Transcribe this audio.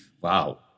Wow